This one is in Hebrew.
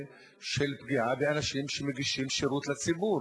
של פגיעה באנשים שמגישים שירות לציבור,